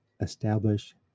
establish